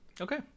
Okay